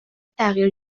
تغییر